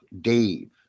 dave